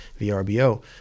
VRBO